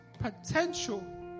Potential